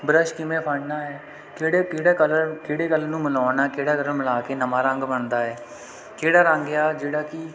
brush ਕਿਵੇਂ ਫੜਨਾ ਹੈ ਕਿਹੜੇ ਕਿਹੜੇ ਕਲਰ ਕਿਹੜੇ ਕਲਰ ਨੂੰ ਮਿਲਾਉਣਾ ਕਿਹੜਾ ਕਲਰ ਮਿਲਾ ਕੇ ਨਵਾਂ ਰੰਗ ਬਣਦਾ ਹੈ ਕਿਹੜਾ ਰੰਗ ਆ ਜਿਹੜਾ ਕਿ